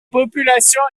population